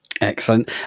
Excellent